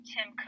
Tim